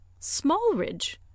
Smallridge